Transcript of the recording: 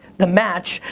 the match,